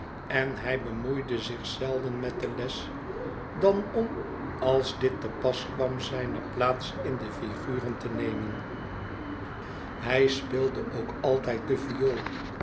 en hij bemoeide zich zelden met de les dan om als dit te pas kwam zijne plaats in de figuren te nemen hij speelde ook altijd de viool